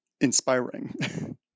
inspiring